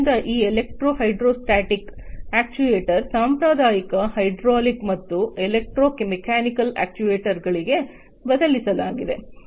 ಆದ್ದರಿಂದ ಈ electro hydrostatic actuator ಸಾಂಪ್ರದಾಯಿಕ ಹೈಡ್ರಾಲಿಕ್ ಮತ್ತು ಎಲೆಕ್ಟ್ರೋಮೆಕಾನಿಕಲ್ ಅಕ್ಚುಯೆಟರ್ಸ್ಗಳಿಗೆ ಬದಲಿಯಾಗಿದೆ